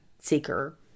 seeker